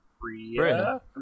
Bria